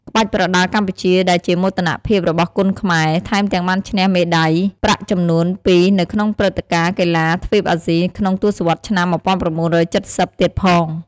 ក្បាច់ប្រដាល់កម្ពុជា ដែលជាមោទនភាពរបស់គុនខ្មែរ ថែមទាំងបានឈ្នះមេដាយប្រាក់ចំនួនពីរនៅក្នុងព្រឹត្តិការណ៍កីឡាទ្វីបអាស៊ីក្នុងទសវត្សរ៍ឆ្នាំ ១៩៧០ ទៀតផង។